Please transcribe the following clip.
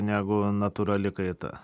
negu natūrali kaita